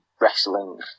wrestling